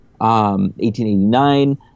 1889